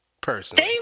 personally